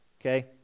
Okay